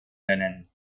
nennen